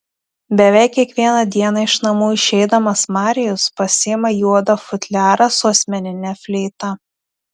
beveik kiekvieną dieną iš namų išeidamas marijus pasiima juodą futliarą su asmenine fleita